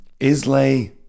Islay